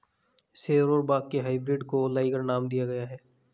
शेर और बाघ के हाइब्रिड को लाइगर नाम दिया गया है